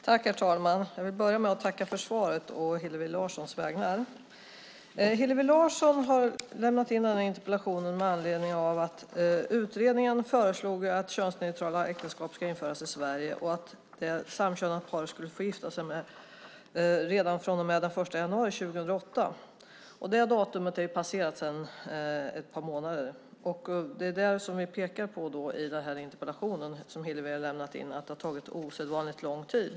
Herr talman! Jag vill börja med att tacka för svaret å Hillevi Larssons vägnar. Hillevi Larsson har lämnat in interpellationen med anledning av att utredningen föreslog att könsneutrala äktenskap ska införas i Sverige och att ett samkönat par skulle få gifta sig redan från och med den 1 januari 2008. Det datumet är passerat sedan ett par månader. Hillevi Larsson pekar i interpellationen på att det har tagit osedvanligt lång tid.